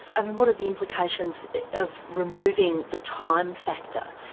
and what are the implications of removing the time factor,